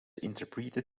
interpreted